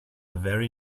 very